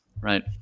Right